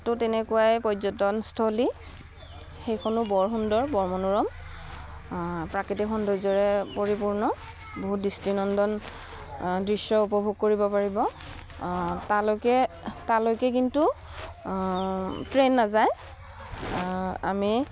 ত' তেনেকুৱাই পৰ্যটনস্থলী সেইখনো বৰ সুন্দৰ বৰ মনোৰম প্ৰাকৃতিক সৌন্দৰ্যৰে পৰিপূৰ্ণ বহুত দৃষ্ট নন্দন দৃশ্য উপভোগ কৰিব পাৰিব তাৰলৈকে তাৰলৈকে কিন্তু ট্ৰেইন নাযায় আমি